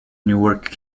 newark